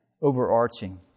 overarching